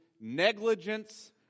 negligence